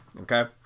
okay